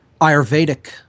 Ayurvedic